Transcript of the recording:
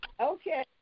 Okay